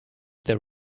their